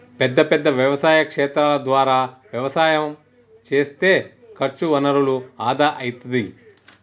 పెద్ద పెద్ద వ్యవసాయ క్షేత్రాల ద్వారా వ్యవసాయం చేస్తే ఖర్చు వనరుల ఆదా అయితది